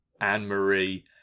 Anne-Marie